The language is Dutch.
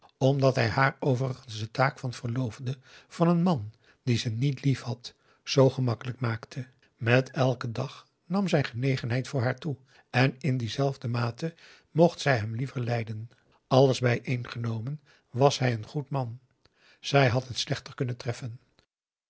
omdat hij haar overigens de taak van verloofde van een man dien ze niet liefhad zoo gemakkelijk maakte met elken dag nam zijn genegenheid voor haar toe en in diezelfde mate mocht zij hem liever lijden alles bijeengenomen was hij een goed man zij had het slechter kunnen treffen